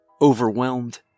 overwhelmed